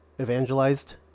evangelized